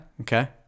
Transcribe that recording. Okay